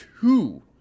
two